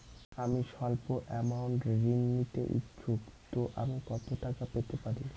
আমি সল্প আমৌন্ট ঋণ নিতে ইচ্ছুক তো আমি কত টাকা পেতে পারি?